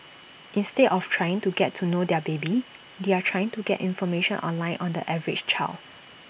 instead of trying to get to know their baby they are trying to get information online on the average child